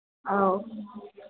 ꯑꯧ